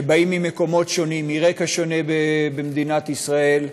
שבאים ממקומות שונים, מרקע שונה במדינת ישראל,